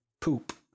poop